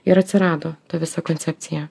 ir atsirado ta visa koncepcija